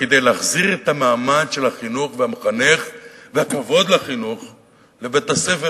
כדי להחזיר את המעמד של החינוך והמחנך והכבוד לחינוך לבית-הספר.